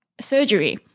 surgery